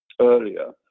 earlier